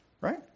Right